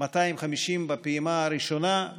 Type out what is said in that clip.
250 בפעימה הראשונה,